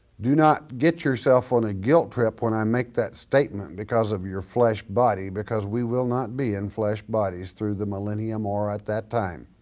do not get yourself on a guilt trip when i make that statement because of your flesh body because we will not be in flesh bodies through the millennium or at that time.